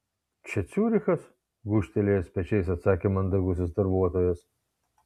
čia ciurichas gūžtelėjęs pečiais atsakė mandagusis darbuotojas